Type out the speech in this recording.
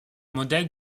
modèle